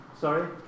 Sorry